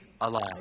alive